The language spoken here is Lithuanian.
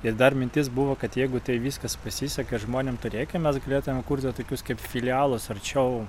ir dar mintis buvo kad jeigu tai viskas pasiseka žmonėm to rėkia mes galėtume kurti tokius kaip filialus arčiau